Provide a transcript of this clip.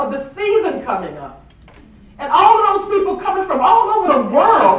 of the season coming up and all the people coming from all of the world